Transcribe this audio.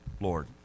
Lord